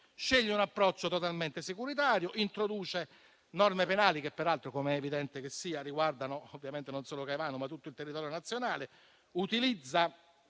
sceglie un approccio totalmente securitario, introduce norme penali che, peraltro, come è evidente che sia, riguardano non solo Caivano ma tutto il territorio nazionale, utilizza